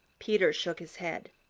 peter shook his head.